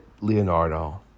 Leonardo